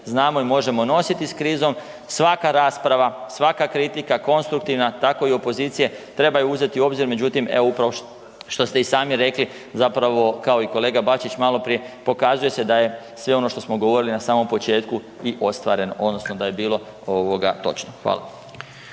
znamo i možemo nositi s krizom. Svaka rasprava, svaka kritika konstruktivna tako i opozicije trebaju uzeti u obzir međutim evo upravo što ste i sami rekli kao i kolega Bačić maloprije pokazuje se da sve ono to smo govorili na samom početku i ostvareno odnosno da je bilo da je bilo točno. Hvala.